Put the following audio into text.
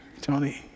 Tony